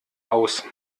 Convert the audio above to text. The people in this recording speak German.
aus